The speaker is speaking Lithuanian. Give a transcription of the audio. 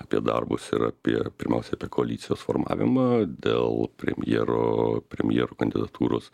apie darbus ir apie pirmiausia apie koalicijos formavimą dėl premjero premjero kandidatūros